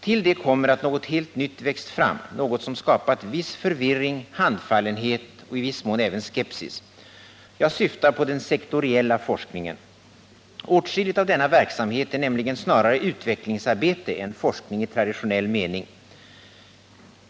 Till detta kommer att något helt nytt växt fram, något som skapat viss förvirring, handfallenhet och i viss mån även skepsis. Jag syftar på den sektoriella forskningen. Åtskilligt av denna verksamhet är nämligen snarare utvecklingsarbete än forskning i traditionell mening.